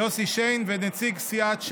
יוסי שיין ונציג סיעת ש"ס.